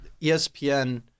ESPN